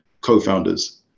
co-founders